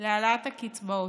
להעלאת הקצבאות.